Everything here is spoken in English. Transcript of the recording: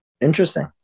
Interesting